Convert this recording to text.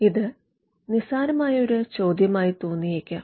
ഇത് നിസ്സാരമായ ഒരു ചോദ്യമായി തോന്നിയേക്കാം